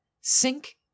sink